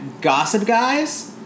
GossipGuys